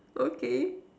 okay